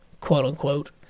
quote-unquote